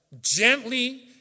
gently